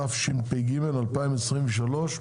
התשפ"ג-2023,